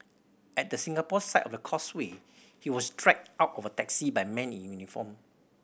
at the Singapore side of the Causeway he was dragged out of a taxi by men in uniform